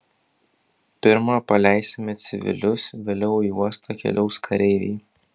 pirma paleisime civilius vėliau į uostą keliaus kareiviai